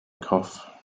cough